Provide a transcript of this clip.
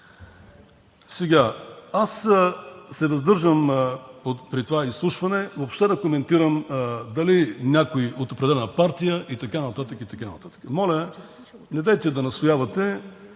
Сега аз се въздържам при това изслушване въобще да коментирам дали някой от определена партия и така нататък, и така нататък. Моля, недейте да настоявате.